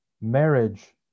Marriage